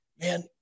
Man